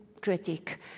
critic